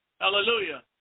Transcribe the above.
hallelujah